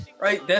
right